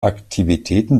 aktivitäten